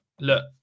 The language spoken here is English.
look